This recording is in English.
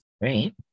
Right